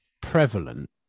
prevalent